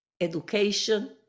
education